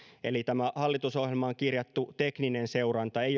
eli tämä hallitusohjelmaan kirjattu tekninen seuranta ei